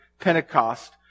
Pentecost